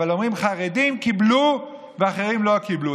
אבל אומרים שחרדים קיבלו ואחרים לא קיבלו.